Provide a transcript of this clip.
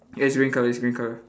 ya it's green colour it's green colour